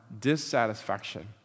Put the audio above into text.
dissatisfaction